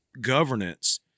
governance